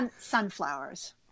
Sunflowers